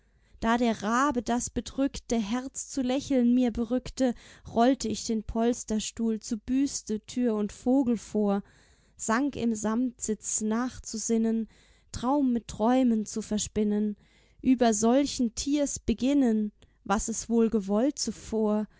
da der rabe das bedrückte herz zu lächeln mir berückte rollte ich den polsterstuhl zu büste tür und vogel vor sank in samtsitz nachzusinnen traum mit träumen zu verspinnen über solchen tiers beginnen was es wohl gewollt zuvor